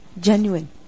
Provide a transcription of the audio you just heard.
Genuine